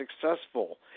successful